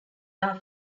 are